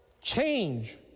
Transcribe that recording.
change